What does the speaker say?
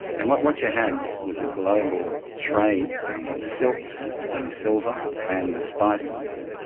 and what what you had was a global trade of silks and silver and spices,